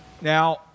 Now